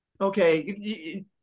okay